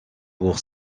pour